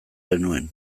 genuen